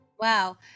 Wow